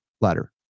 letter